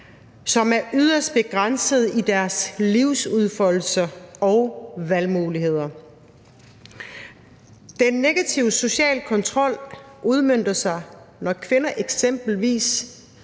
som er yderst begrænsede i deres livsudfoldelse og valgmuligheder. Den negative sociale kontrol udmønter sig, når kvinder eksempelvis